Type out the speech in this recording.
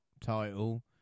title